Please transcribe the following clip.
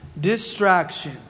Distraction